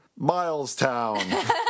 Milestown